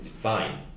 fine